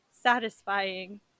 satisfying